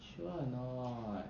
sure or not